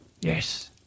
Yes